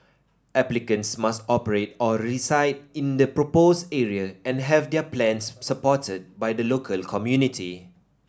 applicants must operate or reside in the proposed area and have their plans supported by the local community